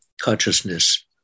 consciousness